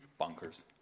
bonkers